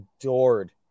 adored